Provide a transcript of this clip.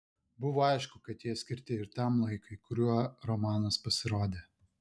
buvo aišku kad jie skirti ir tam laikui kuriuo romanas pasirodė